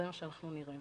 זה מה שאנחנו נראה.